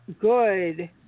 good